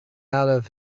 out